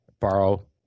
borrow